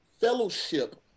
fellowship